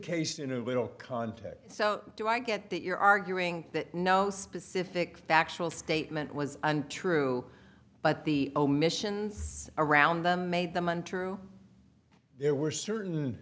case in a little context so do i get that you're arguing that no specific factual statement was untrue but the omissions around them made them untrue there were certain